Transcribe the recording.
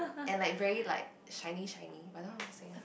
and like very like shiny shiny but I don't know how to say ah